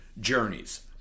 journeys